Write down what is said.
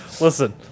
Listen